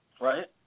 right